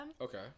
Okay